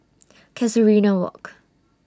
Casuarina Walk